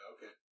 Okay